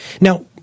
Now